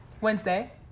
Wednesday